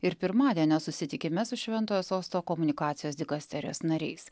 ir pirmadienio susitikime su šventojo sosto komunikacijos dikasterijos nariais